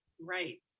Right